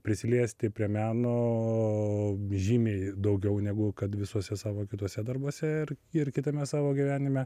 prisiliesti prie meno žymiai daugiau negu kad visuose savo kituose darbuose ir ir kitame savo gyvenime